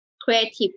creative